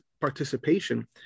participation